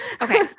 Okay